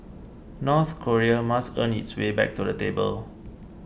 North Korea must earn its way back to the table